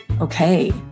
Okay